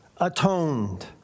atoned